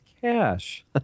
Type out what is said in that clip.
cash